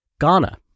Ghana